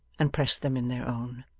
and pressed them in their own.